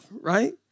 right